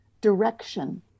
direction